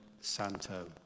Santo